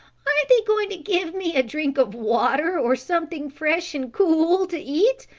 they going to give me a drink of water or something fresh and cool to eat?